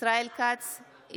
ישראל כץ,